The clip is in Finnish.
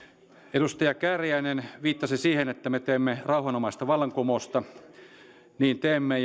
edustaja kääriäinen viittasi siihen että me teemme rauhanomaista vallankumousta niin teemme